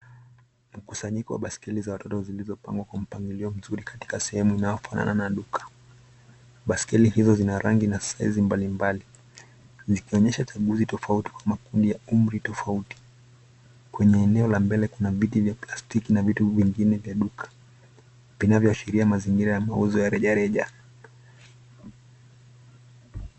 Mkusanyiko wa baiskeli za watoto zilizopangwa kwa mpangiliyo mzuri katika sehemu inayofanana na duka. Baiskeli hizo zina rangi na saizi mbalimbali, zikionyesha tabuzi tofauti kwa makundi ya umri tofauti. Kwenye eneo la mbele kuna viti vya plastiki na vitu vingine vya duka vinavyoshiria mazingira ya mauzo ya reja reja.